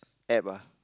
App ah